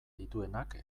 dituenak